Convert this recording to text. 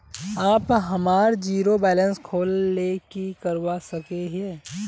आप हमार zero balance खोल ले की करवा सके है?